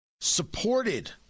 supported